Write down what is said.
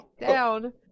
down